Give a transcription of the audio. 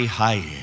high